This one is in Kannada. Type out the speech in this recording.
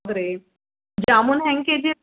ಹ್ಞೂ ರೀ ಜಾಮೂನ್ ಹೆಂಗೆ ಕೆಜಿ